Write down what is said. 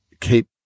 keep